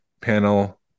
panel